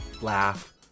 laugh